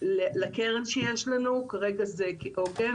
היום לקרן שיש לנו, כרגע זה עוגן.